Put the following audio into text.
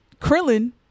krillin